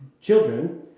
Children